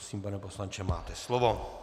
Prosím, pane poslanče, máte slovo.